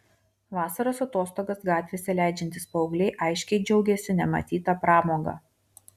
vasaros atostogas gatvėse leidžiantys paaugliai aiškiai džiaugėsi nematyta pramoga